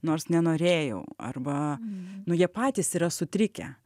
nors nenorėjau arba nu jie patys yra sutrikę